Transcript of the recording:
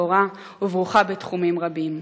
פורה וברוכה בתחומים רבים.